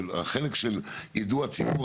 החלק של יידוע הציבור,